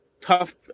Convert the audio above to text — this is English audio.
tough